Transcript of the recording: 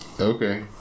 Okay